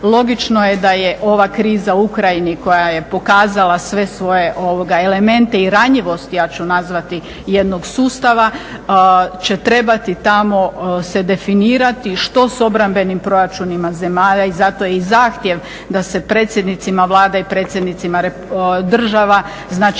Logično je da je ova kriza u Ukrajini koja je pokazala sve svoje elemente i ranjivost ja ću nazvati jednog sustava će trebati tamo se definirati što s obrambenim proračunima zemalja i zato je i zahtjev da se predsjednicima Vlada i predsjednicima država, znači